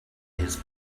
his